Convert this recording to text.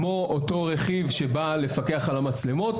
כמו אותו רכיב שבא לפקח על המצלמות,